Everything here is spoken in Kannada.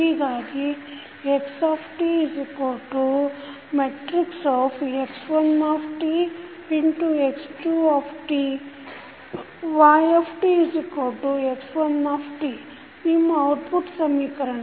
ಹೀಗಾಗಿxtx1 x2 ytx1t ನಿಮ್ಮ ಔಟ್ಪುಟ್ ಸಮೀಕರಣ